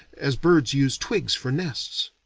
as birds use twigs for nests.